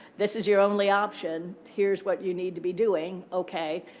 this is your only option. here's what you need to be doing. ok.